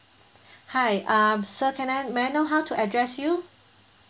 hi uh sir can I may I know how to address you